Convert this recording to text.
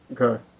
Okay